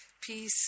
Peace